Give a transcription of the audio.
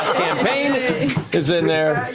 campaign is in there.